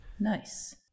Nice